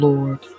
Lord